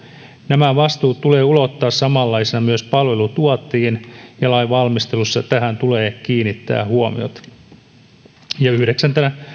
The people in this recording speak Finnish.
nämä vastuut tulee ulottaa samanlaisina myös palveluntuottajiin ja lain valmistelussa tähän tulee kiinnittää huomiota ja yhdeksäntenä